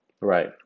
Right